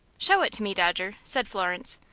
show it to me, dodger, said florence,